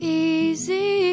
easy